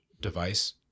device